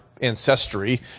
ancestry